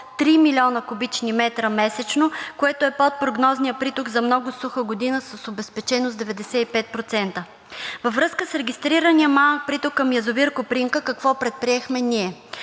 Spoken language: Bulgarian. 3 млн. куб. м месечно, което е под прогнозния приток за много суха година с обезпеченост 95%. Във връзка с регистрирания малък приток към язовир „Копринка“ какво предприехме ние?